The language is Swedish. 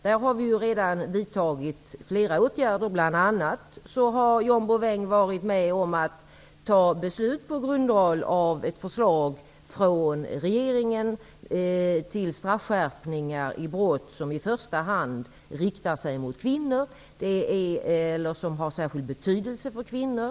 Där har vi redan vidtagit flera åtgärder. Bl.a. har John Bouvin varit med om att fatta beslut på grundval av ett förslag från regeringen till straffskärpningar när det gäller brott som i första hand riktar sig mot kvinnor eller som har särskild betydelse för kvinnor.